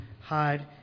hide